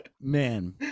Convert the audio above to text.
man